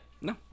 No